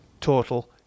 total